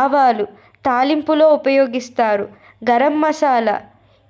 ఆవాలు తాలింపులో ఉపయోగిస్తారు గరం మసాలా